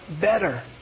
better